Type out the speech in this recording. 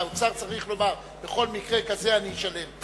האוצר צריך לומר: בכל מקרה כזה אני אשלם.